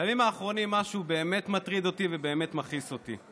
בימים האחרונים משהו באמת מטריד אותי ובאמת מכעיס אותי.